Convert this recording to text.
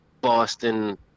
Boston